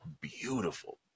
beautiful